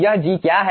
यह G क्या है